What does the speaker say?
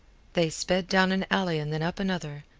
they sped down an alley and then up another,